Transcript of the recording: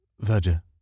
Verger